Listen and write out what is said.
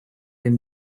and